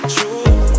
True